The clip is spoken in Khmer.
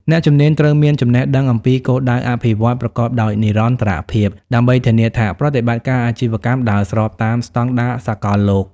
អ្នកជំនាញត្រូវមានចំណេះដឹងអំពីគោលដៅអភិវឌ្ឍន៍ប្រកបដោយនិរន្តរភាព ដើម្បីធានាថាប្រតិបត្តិការអាជីវកម្មដើរស្របតាមស្តង់ដារសកលលោក។